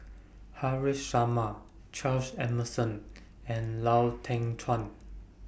Haresh Sharma Charles Emmerson and Lau Teng Chuan